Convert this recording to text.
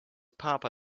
papa